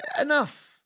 Enough